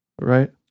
right